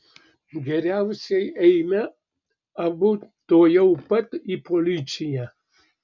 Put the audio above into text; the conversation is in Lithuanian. geriausiai eime abu tuojau pat į policiją